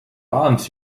aren’t